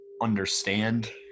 understand